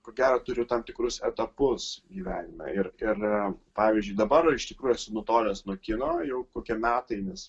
ko gero turiu tam tikrus etapus gyvenime ir ir pavyzdžiui dabar iš tikrųjų esu nutolęs nuo kino jau kokie metai nes